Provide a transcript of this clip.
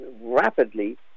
rapidly